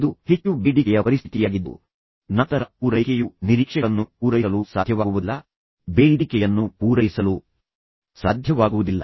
ಇದು ಹೆಚ್ಚು ಬೇಡಿಕೆಯ ಪರಿಸ್ಥಿತಿಯಾಗಿದ್ದು ನಂತರ ಪೂರೈಕೆಯು ನಿರೀಕ್ಷೆಗಳನ್ನು ಪೂರೈಸಲು ಸಾಧ್ಯವಾಗುವುದಿಲ್ಲ ಬೇಡಿಕೆಯನ್ನು ಪೂರೈಸಲು ಸಾಧ್ಯವಾಗುವುದಿಲ್ಲ